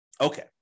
Okay